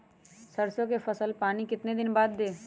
सरसों में पहला पानी कितने दिन बाद है?